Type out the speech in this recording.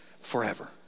forever